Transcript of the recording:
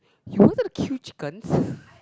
you wanted to queue chickens